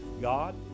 god